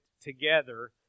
together